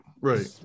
right